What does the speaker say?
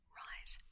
right